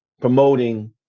promoting